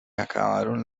acabaron